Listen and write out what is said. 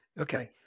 Okay